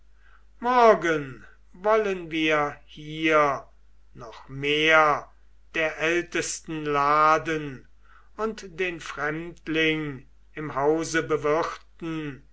morgen wollen wir hier noch mehr der ältesten laden und den fremdling im hause bewirten